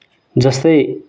जस्तै